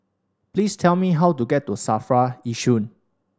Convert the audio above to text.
please tell me how to get to SAFRA Yishun